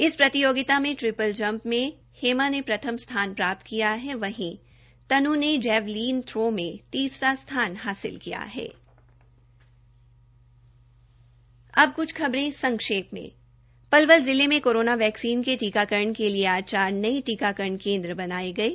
इस प्रतियोगिता में ट्रिपल जंप में हेमा ने प्रथम स्थान प्राप्त किया वहीं तन्नू ने जैवलीन थ्रो में तीसरा स्थान प्राप्त किया है अब क्छ खबरे संक्षेप में पलवल जिले में कोरोना वैक्सीन के टीकाकरण के लिए थे ज चार नये टीकाकरण केन्द्र बनाये गये